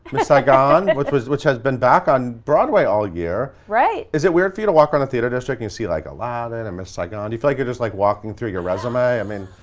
miss saigon, which was which has been back on broadway all year. right! is it weird for you to walk around a theater district and see like aladdin and miss saigon, and you feel like you're just like walking through your resume? i mean.